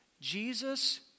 Jesus